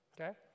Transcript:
Okay